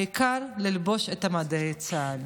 העיקר ללבוש את מדי צה"ל.